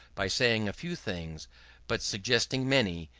by saying a few things but suggesting many,